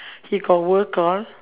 he got work all